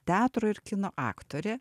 teatro ir kino aktorė